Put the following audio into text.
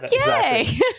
okay